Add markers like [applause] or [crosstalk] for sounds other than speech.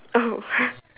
oh [laughs]